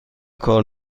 کار